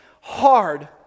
hard